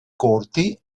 corti